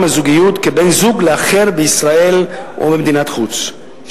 הזוגיות כבן-זוג לאחר בישראל או במדינת חוץ,